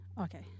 Okay